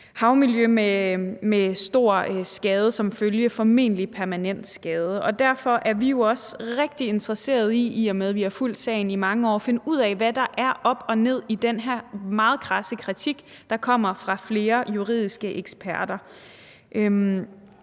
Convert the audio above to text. havmiljø med stor skade til følge, formentlig permanent skade. Derfor er vi jo også – i og med at vi har fulgt sagen i rigtig mange år – rigtig interesserede i at finde ud af, hvad der er op og ned i den her meget krasse kritik, der kommer fra flere juridiske eksperter.